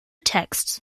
texts